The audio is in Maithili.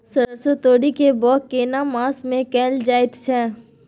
सरसो, तोरी के बौग केना मास में कैल जायत छै?